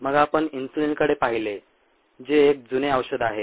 मग आपण इन्सुलिनकडे पाहिले जे एक जुने औषध आहे